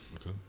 Okay